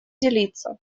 делиться